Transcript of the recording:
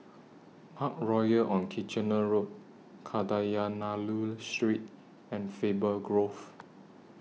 Parkroyal on Kitchener Road Kadayanallur Street and Faber Grove